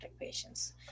patients